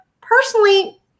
personally